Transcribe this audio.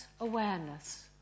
awareness